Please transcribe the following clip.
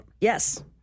Yes